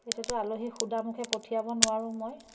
এতিয়াতো আলহী সুদা মুখে পঠিয়াব নোৱাৰোঁ মই